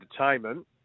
entertainment